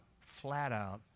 flat-out